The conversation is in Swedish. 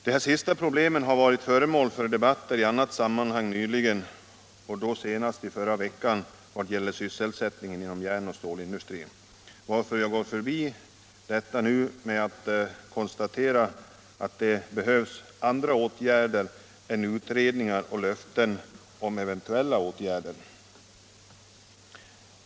De sistnämnda problemen har varit föremål för debatt i annat sammanhang nyligen — senast i förra veckan vad gäller sysselsättningen inom järn och stålindustrin — varför jag går förbi dem med konstaterandet att det behövs andra insatser än utredningar och löften om eventuella åtgärder.